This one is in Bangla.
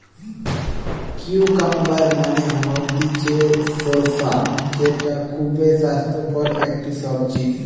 কিউকাম্বার মানে হতিছে শসা যেটা খুবই স্বাস্থ্যকর একটি সবজি